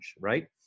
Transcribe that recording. right